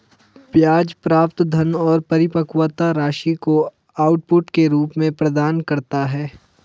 ब्याज प्राप्त धन और परिपक्वता राशि को आउटपुट के रूप में प्रदान करता है